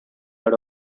out